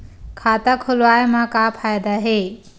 खाता खोलवाए मा का फायदा हे